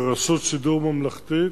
כרשות שידור ממלכתית,